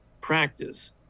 practice